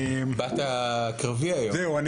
קוראים לי